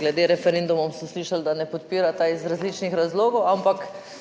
Glede referendumov, smo slišali, da ne podpirata iz različnih razlogov, ampak